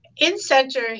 in-center